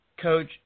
Coach